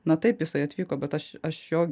na taip jisai atvyko bet aš aš jo